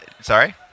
Sorry